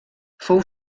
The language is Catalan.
fou